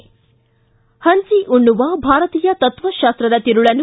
ಹಂಚಿ ಉಣ್ಣುವ ಭಾರತೀಯ ತತ್ವಶಾಸ್ತದ ತಿರುಳನ್ನು